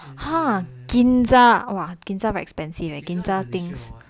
!huh! ginza !wah! ginza very expensive eh